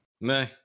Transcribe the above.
No